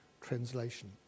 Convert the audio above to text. translation